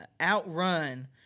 Outrun